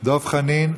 דב חנין.